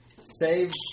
save